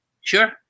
Sure